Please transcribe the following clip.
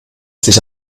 sich